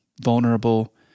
vulnerable